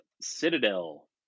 Citadel